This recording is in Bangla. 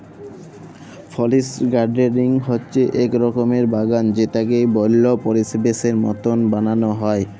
ফরেস্ট গার্ডেনিং হচ্যে এক রকমের বাগাল যেটাকে বল্য পরিবেশের মত বানাল হ্যয়